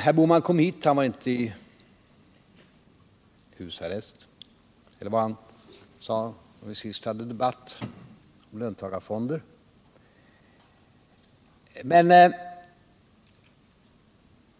Herr Bohman kom hit — han satt inte i husarrest, eller vad det var när vi sist hade debatt om löntagarfonder. Men